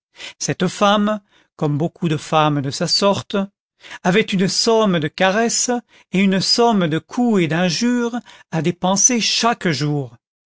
cette femme comme beaucoup de femmes de sa sorte avait une somme de caresses et une somme de coups et d'injures à dépenser chaque jour